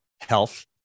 health